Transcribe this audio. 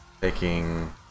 Taking